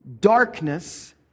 darkness